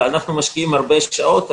אנחנו משקיעים הרבה שעות,